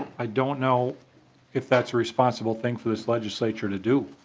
i don't know if that's the responsible thing for this legislature to do.